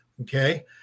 Okay